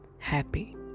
Happy